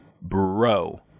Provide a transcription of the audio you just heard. bro